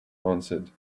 answered